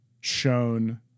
shown